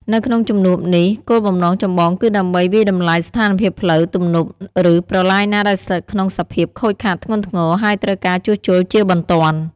នៅក្នុងជំនួបនេះ គោលបំណងចម្បងគឺដើម្បីវាយតម្លៃស្ថានភាពផ្លូវ ទំនប់ ឬប្រឡាយណាដែលស្ថិតក្នុងសភាពខូចខាតធ្ងន់ធ្ងរ ហើយត្រូវការជួសជុលជាបន្ទាន់។